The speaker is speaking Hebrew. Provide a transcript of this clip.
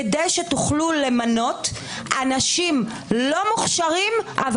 כדי שתוכלו למנות אנשים לא מוכשרים אבל